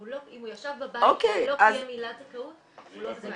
אם הוא ישב בבית ולא קיים עילת זכאות הוא לא זכאי.